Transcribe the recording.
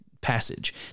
passage